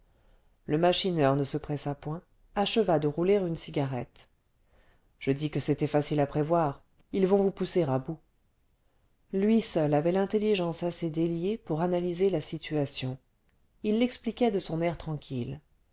le machineur ne se pressa point acheva de rouler une cigarette je dis que c'était facile à prévoir ils vont vous pousser à bout lui seul avait l'intelligence assez déliée pour analyser la situation il l'expliquait de son air tranquille